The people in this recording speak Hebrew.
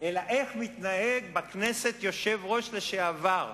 אלא איך מתנהג בכנסת יושב-ראש לשעבר,